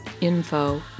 info